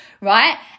right